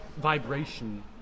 vibration